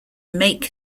make